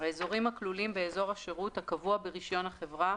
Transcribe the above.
האזורים הכלולים באזור השירות הקבוע ברישיון החברה